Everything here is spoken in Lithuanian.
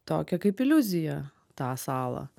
tokią kaip iliuziją tą salą